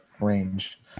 range